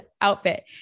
outfit